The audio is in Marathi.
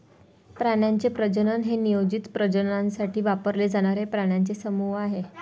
प्राण्यांचे प्रजनन हे नियोजित प्रजननासाठी वापरले जाणारे प्राण्यांचे समूह आहे